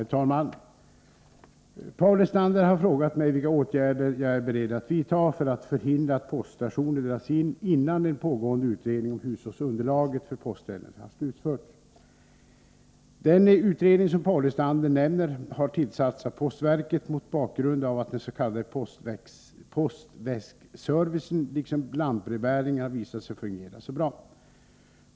Herr talman! Paul Lestander har frågat mig vilka åtgärder jag är beredd att vidta för att förhindra att poststationer dras in innan en pågående utredning om hushållsunderlaget för postställen har slutförts. Den utredning som Paul Lestander nämner har tillsatts av postverket mot bakgrund av att den s.k. postväskservicen liksom lantbrevbäringen har visat sig fungera så bra.